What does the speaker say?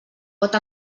pot